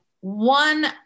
one